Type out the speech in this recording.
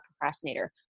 procrastinator